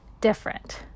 different